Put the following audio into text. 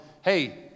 hey